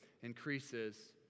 increases